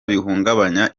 bihungabanya